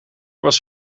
was